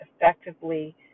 effectively